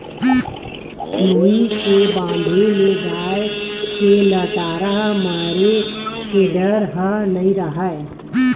नोई के बांधे ले गाय के लटारा मारे के डर ह नइ राहय